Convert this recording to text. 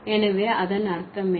எனவே அதன் அர்த்தம் என்ன